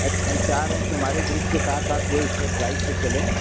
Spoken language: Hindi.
अब हम चाह रहें हैं कि हमारे ग्रुप के साथ आप जो इस्टेट ड्राइव पर चलें